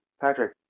Patrick